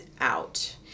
out